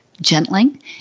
gentling